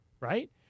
right